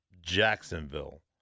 Jacksonville